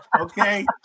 okay